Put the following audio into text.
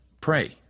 pray